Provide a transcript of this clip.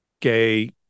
gay